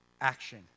action